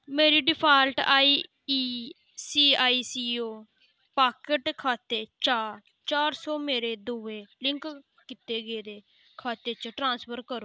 मेरे default I E C I C O pocket खाते चा चार सौ मेरे दुए लिंक कीते गेदे खाते च ट्रांसफर करो